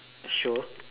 show